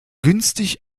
günstig